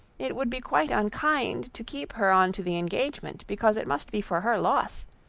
it would be quite unkind to keep her on to the engagement, because it must be for her loss,